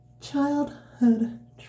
childhood